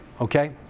okay